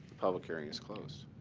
public hearing is closed.